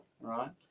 Right